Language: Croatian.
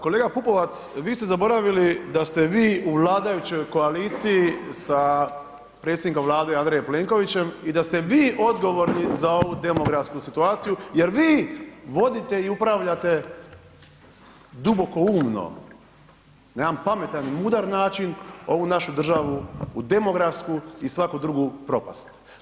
Kolega Pupovac, vi ste zaboravili da ste vi u vladajućoj koaliciji sa predsjednikom Vlade Andrejem Plenkovićem i da ste vi odgovorni za ovu demografsku situaciju jer vi vodite i upravljate dubokoumno na jedan pametan i mudar način ovu našu državu u demografsku i svaku drugu propast.